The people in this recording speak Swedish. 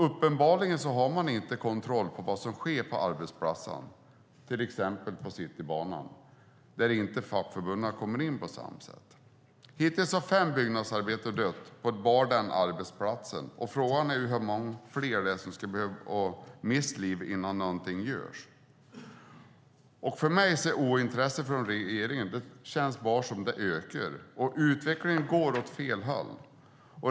Uppenbarligen har man inte kontroll över vad som sker på arbetsplatserna, till exempel på Citybanan där fackförbunden inte kommer in på samma sätt. Hittills har fem byggnadsarbetare dött bara på den arbetsplatsen. Frågan är hur många fler som ska behöva mista livet innan något görs. Det känns som ointresset från regeringen bara ökar och att utvecklingen går åt fel håll.